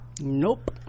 nope